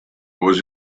was